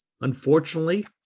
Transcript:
Unfortunately